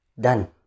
done